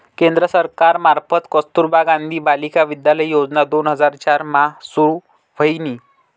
केंद्र सरकार मार्फत कस्तुरबा गांधी बालिका विद्यालय योजना दोन हजार चार मा सुरू व्हयनी